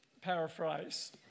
paraphrase